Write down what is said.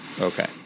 Okay